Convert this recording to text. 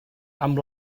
amb